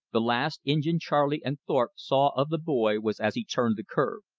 the last injin charley and thorpe saw of the boy was as he turned the curve.